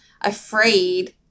afraid